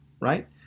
right